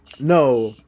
No